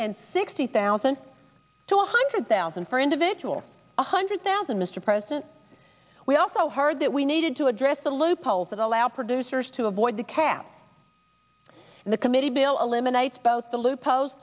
and sixty thousand to one hundred thousand for individual one hundred thousand mr president we also heard that we needed to address the loopholes that allow producers to avoid the cap and the committee bill eliminates both the l